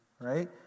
Right